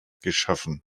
geschaffen